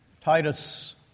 Titus